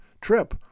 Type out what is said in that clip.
trip